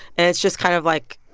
and it's just kind of, like,